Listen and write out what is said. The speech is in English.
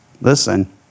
Listen